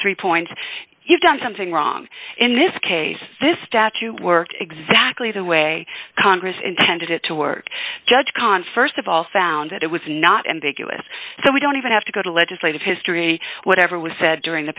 three points you've done something wrong in this case this statute worked exactly the way congress intended it to work judge kahn st of all found that it was not ambiguous so we don't even have to go to legislative history whatever was said during the